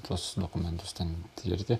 tuos dokumentus ten tirti